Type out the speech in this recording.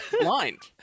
blind